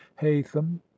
haytham